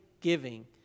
giving